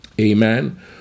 Amen